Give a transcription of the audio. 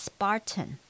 Spartan